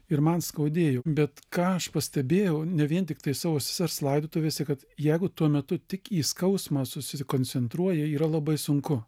ir man skaudėjo bet ką aš pastebėjau ne vien tiktai savo sesers laidotuvėse kad jeigu tuo metu tik į skausmą susikoncentruoja yra labai sunku